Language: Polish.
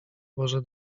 boże